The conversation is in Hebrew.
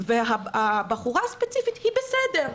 האישה הספציפית היא בסדר.